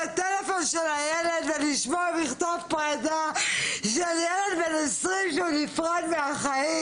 הפלאפון של הילד ולשמוע מכתב פרידה של ילד בם 20 שהוא נפרד מהחיים.